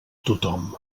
tothom